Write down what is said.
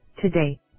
today